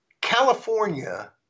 California